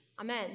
Amen